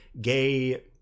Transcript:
gay